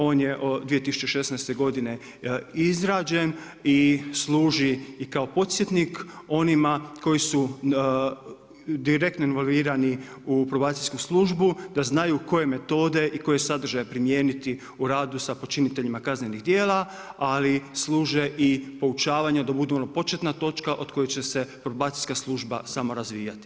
On je 2016. godine, izrađen i služi i kao podsjetnik onima koji su direktno involuirani u probacijsku službu, da znaju koje metode i koje sadržaje primijeniti u radu sa počiniteljima kaznenih dijela, ali služe i poučavanju, da budu ona početna točka, od koje će se probacijska služba samo razvijati.